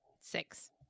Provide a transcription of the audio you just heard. Six